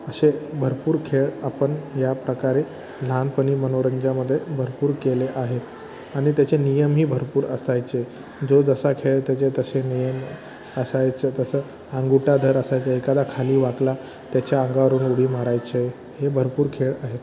असे भरपूर खेळ आपण याप्रकारे लहानपणी मनोरंजामध्ये भरपूर केले आहेत आणि त्याचे नियमही भरपूर असायचे जो जसा खेळ त्याचे तसे नियम असायचं तसं अंगुठाधर असायचं एखादा खाली वाकला त्याच्या अंगावरून उडी मारायचे हे भरपूर खेळ आहे